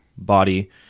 Body